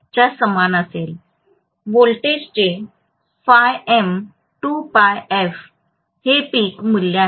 व्होल्टेजचे हे पीक मूल्य आहे